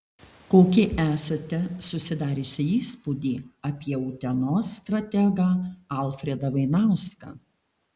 kokį esate susidariusi įspūdį apie utenos strategą alfredą vainauską